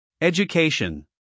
Education